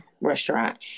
restaurant